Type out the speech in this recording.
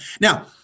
Now